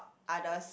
others